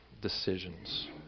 decisions